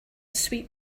sweet